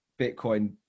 Bitcoin